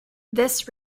this